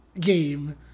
game